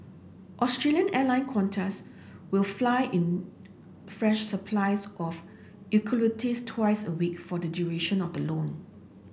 Australian Airline Qantas will fly in fresh supplies of eucalyptus twice a week for the duration of the loan